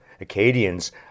Acadians